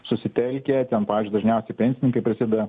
susitelkia ten pavyzdžiui dažniausiai pensininkai prisideda